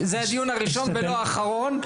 זה הדיון הראשון ולא האחרון.